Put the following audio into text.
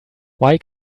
why